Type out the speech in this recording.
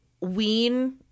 wean